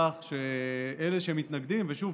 ושוב,